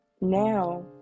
now